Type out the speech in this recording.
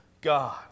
God